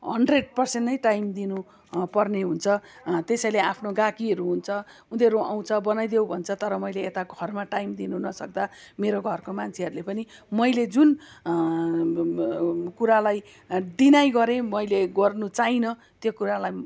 hundred percent नै time दिनु पर्ने हुन्छ त्यसैले आफ्नो गाकीहरू हुन्छ उनीहरू आउँछ बनाइदेउ भन्छ तर मैले यता घरमा टाइम दिनु नसक्दा मेरो घरको मान्छेहरूले पनि मैले जुन कुरालाई डिनाइ गरेँ मैले गर्नु चाहिनँ त्यो कुरालाई